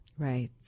Right